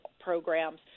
programs